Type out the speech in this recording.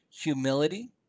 humility